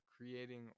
creating